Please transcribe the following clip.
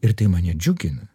ir tai mane džiugina